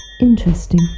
Interesting